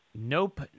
Nope